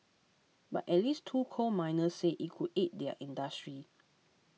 but at least two coal miners say it could aid their industry